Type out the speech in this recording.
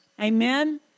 Amen